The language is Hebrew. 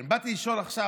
הרי באתי לשאול עכשיו,